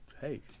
hey